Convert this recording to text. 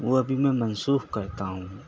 وہ ابھی میں منسوخ کرتا ہوں